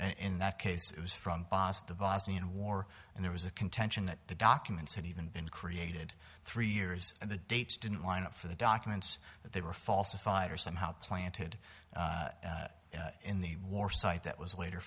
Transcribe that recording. in that case it was from boss the bosnian war and there was a contention that the documents had even been created three years and the dates didn't line up for the documents that they were falsified or somehow planted in the war site that was later